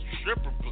stripper